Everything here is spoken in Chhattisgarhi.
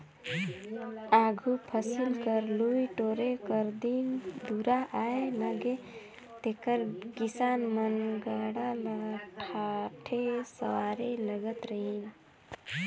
आघु फसिल कर लुए टोरे कर दिन दुरा आए नगे तेकर किसान मन गाड़ा ल ठाठे सवारे लगत रहिन